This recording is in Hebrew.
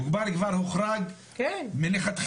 מוגבר כבר הוחרג מלכתחילה.